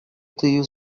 тыюу